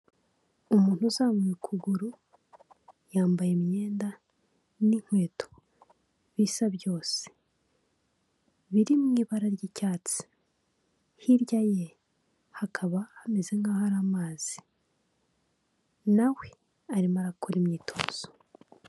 Umuntu uzamuye ukuguru yambaye imyenda n'inkweto bisa byose biri mu ibara ry'icyatsi, hirya ye hakaba hameze nk'ahari amazi na we arimo arakora imyitozo.